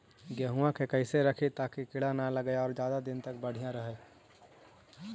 गेहुआ के कैसे रखिये ताकी कीड़ा न लगै और ज्यादा दिन तक बढ़िया रहै?